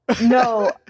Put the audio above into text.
No